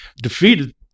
defeated